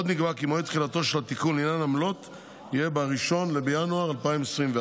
עוד נקבע כי מועד תחילתו של התיקון לעניין עמלות יהיה ב-1 בינואר 2024,